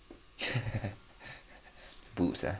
boobs ah